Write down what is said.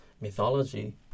mythology